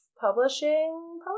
publishing